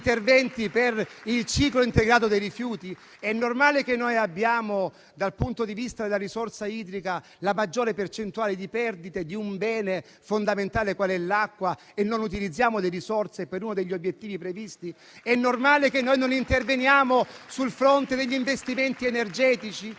interventi per il ciclo integrato dei rifiuti? È normale che, dal punto di vista della risorsa idrica, abbiamo la maggiore percentuale di perdite di un bene fondamentale qual è l'acqua e non utilizziamo le risorse per uno degli obiettivi previsti? È normale che non interveniamo sul fronte degli investimenti energetici?